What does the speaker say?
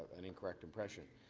an incorrect impression.